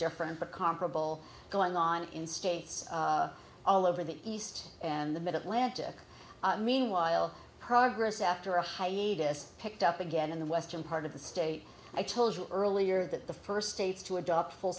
different but comparable going on in states all over the east and the mid atlantic meanwhile progress after a hiatus picked up again in the western part of the state i told you earlier that the first states to adopt